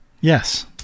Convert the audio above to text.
Yes